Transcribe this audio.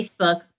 Facebook